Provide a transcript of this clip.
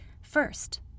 first